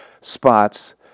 spots